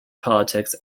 politics